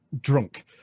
drunk